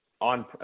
on